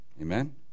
Amen